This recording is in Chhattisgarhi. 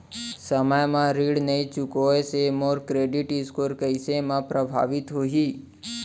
समय म ऋण नई चुकोय से मोर क्रेडिट स्कोर कइसे म प्रभावित होही?